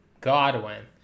Godwin